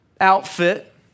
outfit